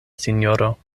sinjoro